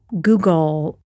Google